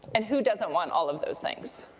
and who doesn't want all of those things?